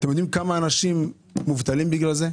אתם יודעים כמה אנשים מובטלים בגלל זה?